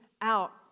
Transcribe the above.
out